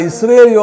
Israel